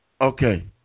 Okay